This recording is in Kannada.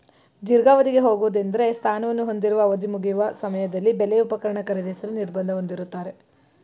ದೀರ್ಘಾವಧಿಗೆ ಹೋಗುವುದೆಂದ್ರೆ ಸ್ಥಾನವನ್ನು ಹೊಂದಿರುವ ಅವಧಿಮುಗಿಯುವ ಸಮಯದಲ್ಲಿ ಬೆಲೆ ಉಪಕರಣ ಖರೀದಿಸಲು ನಿರ್ಬಂಧ ಹೊಂದಿರುತ್ತಾರೆ